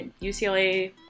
UCLA